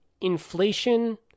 inflation